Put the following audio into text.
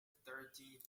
thirty